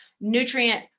nutrient